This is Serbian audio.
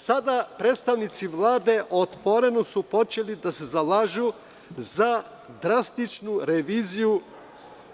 Sada su predstavnici Vlade otvoreno počeli da se zalažu za drastičnu reviziju